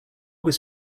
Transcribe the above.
was